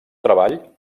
treball